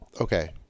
Okay